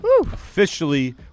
Officially